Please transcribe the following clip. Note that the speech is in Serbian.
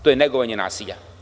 To je negovanje nasilja.